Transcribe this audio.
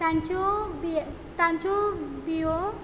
तांच्यो तांच्यो बियो